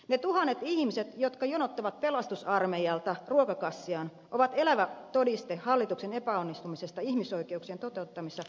ne tuhannet ihmiset jotka jonottavat pelastusarmeijalta ruokakassiaan ovat elävä todiste hallituksen epäonnistumisesta ihmisoikeuksien toteuttamisessa kotimaan politiikassa